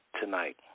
tonight